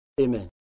Amen